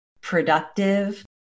productive